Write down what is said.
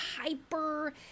hyper